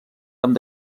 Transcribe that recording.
amb